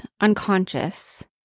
unconscious